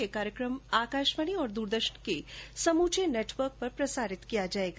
यह कार्यक्रम आकाशवाणी और द्रदर्शन के समूचे नेटवर्क पर प्रसारित किया जाएगा